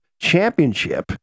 Championship